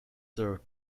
served